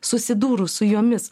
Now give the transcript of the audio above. susidūrus su jomis